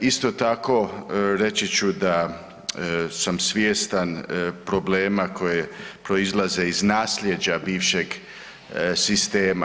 Isto tako, reći ću da sam svjestan problema koji proizlaze iz naslijeđa bivšeg sistema.